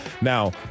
Now